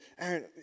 Aaron